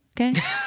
Okay